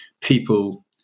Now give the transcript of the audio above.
people